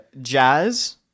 jazz